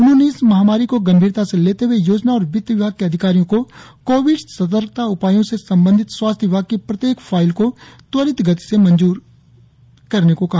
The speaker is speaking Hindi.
उन्होंने इस महामारी को गंभीरता से लेते हुए योजना और वित्तविभाग के अधिकारियों को कोविड सतर्कता उपायों से संबंधित स्वास्थ्य विभाग की प्रत्येक फाइल को त्वरित गति से मंजूरी देने को कहा